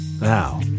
now